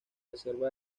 reserva